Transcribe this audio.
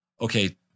okay